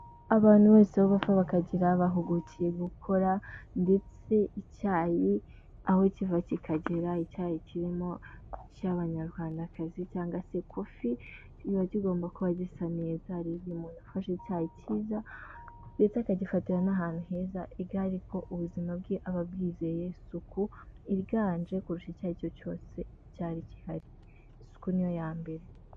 Abantu bose aho bava bakagera bahugukiye gukora ndetse icyayi aho kiva kikagera icyayi kirimo icy'abanyarwandakazi cyangwase kofi kiba kigomba kuba gisa neza. Hari igihe umuntu afashe icyayi cyiza ndetse akagifatira n'ahantu heza egare ko ubuzima bwe aba bwizeye isuku iganje kurusha icya ari cyo cyose cyari gihari isuku ni yo ya mbere.